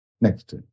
Next